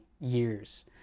years